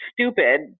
stupid